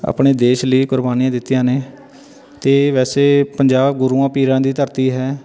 ਆਪਣੇ ਦੇਸ਼ ਲਈ ਕੁਰਬਾਨੀਆਂ ਦਿੱਤੀਆਂ ਨੇ ਅਤੇ ਵੈਸੇ ਪੰਜਾਬ ਗੁਰੂਆਂ ਪੀਰਾਂ ਦੀ ਧਰਤੀ ਹੈ